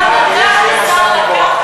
השר נתן, השר לקח.